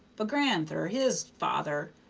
but gran'ther, his father,